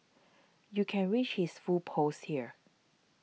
you can reach his full post here